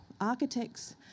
architects